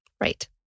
Right